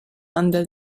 under